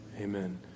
Amen